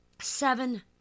seven